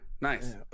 Nice